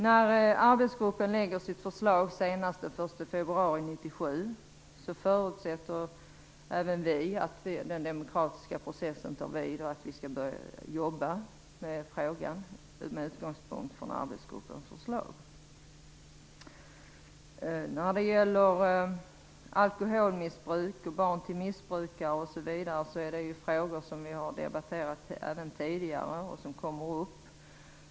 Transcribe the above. När arbetsgruppen lägger fram sitt förslag senast den 1 februari 1997 förutsätter även vi att den demokratiska processen tar vid och att vi skall börja jobba med frågan med utgångspunkt i arbetsgruppens förslag. Frågor om alkoholmissbruk och barn till missbrukare har vi debatterat tidigare. Det är frågor som kommer upp.